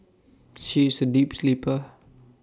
she is A deep sleeper